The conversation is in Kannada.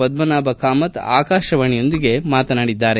ಪದ್ದನಾಭ ಕಾಮತ್ ಆಕಾಶವಾಣಿಯೊಂದಿಗೆ ಮಾತನಾಡಿದರು